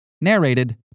Narrated